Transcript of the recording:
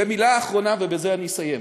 מילה אחרונה, ובזה אני אסיים.